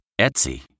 Etsy